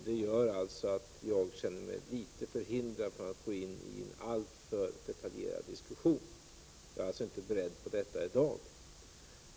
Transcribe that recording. Det gör att jag känner mig litet förhindrad att gå in i en alltför detaljerad diskussion. Jag är alltså inte beredd att göra det i dag.